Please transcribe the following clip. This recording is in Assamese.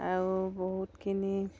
আৰু বহুতখিনি